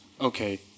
Okay